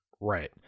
right